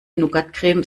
nougatcreme